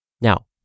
Now